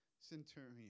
centurion